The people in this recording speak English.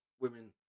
women